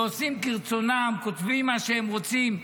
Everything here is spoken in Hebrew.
ועושים כרצונם, כותבים מה שהם רוצים.